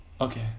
okay